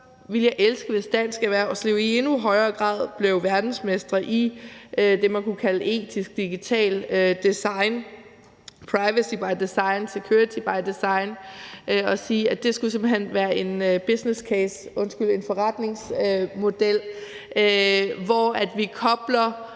jeg elske, hvis dansk erhvervsliv i endnu højere grad blev verdensmestre i det, man kunne kalde etisk digitalt design, privacy by design, security by design, og man sagde, at det simpelt hen skulle være en businesscase, undskyld, en forretningsmodel, hvor vi kobler